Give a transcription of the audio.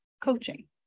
coaching